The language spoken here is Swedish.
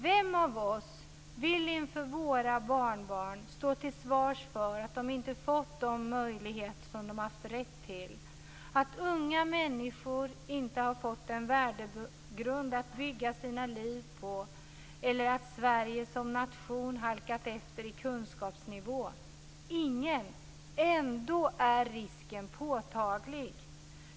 Vem av oss vill inför våra barnbarn stå till svars för att de inte fått de möjligheter som de haft rätt till, att unga människor inte har fått en värdegrund att bygga sina liv på eller att Sverige som nation halkat efter i kunskapsnivå? Ingen. Ändå är risken påtaglig.